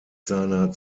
seiner